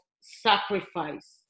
sacrifice